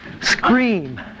Scream